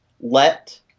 let